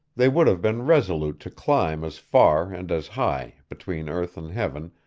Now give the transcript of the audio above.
they would have been resolute to climb as far and as high, between earth and heaven,